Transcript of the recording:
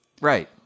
Right